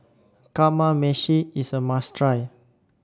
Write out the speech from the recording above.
Kamameshi IS A must Try